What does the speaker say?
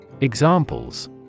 Examples